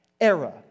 era